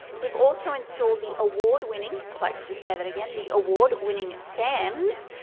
we've also installed the award-winning i'd like to just say that again the award-winning sams.